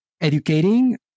educating